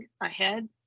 ahead